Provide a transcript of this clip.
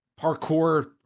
parkour